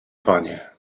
panie